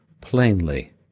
plainly